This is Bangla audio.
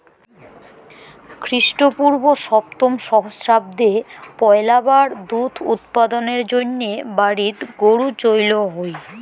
খ্রীষ্টপূর্ব সপ্তম সহস্রাব্দে পৈলাবার দুধ উৎপাদনের জইন্যে বাড়িত গরু চইল হই